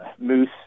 moose